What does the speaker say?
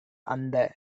அந்த